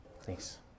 Thanks